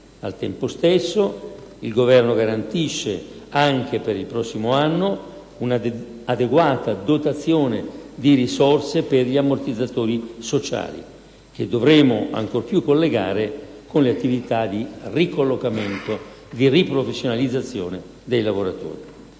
Al tempo stesso, il Governo garantisce, anche per il prossimo anno, un'adeguata dotazione di risorse per gli ammortizzatori sociali che dovremo, ancor più, collegare con le attività di ricollocamento e riprofessionalizzazione dei lavoratori.